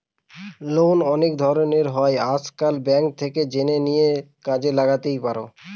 loan অনেক ধরনের হয় আজকাল, ব্যাঙ্ক থেকে জেনে নিয়ে কাজে লাগাতেই পারো